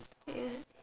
ya